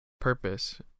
purpose